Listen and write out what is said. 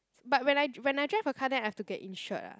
but when I when I drive a car then I have to get insured ah